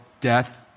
death